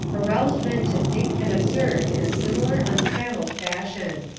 aroused men to think and observe in a similar untrammeled fashion.